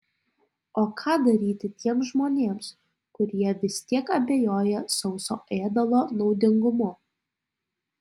o ką daryti tiems žmonėms kurie vis tiek abejoja sauso ėdalo naudingumu